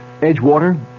Edgewater